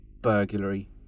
burglary